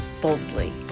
boldly